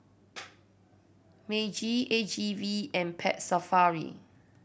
Meiji A G V and Pet Safari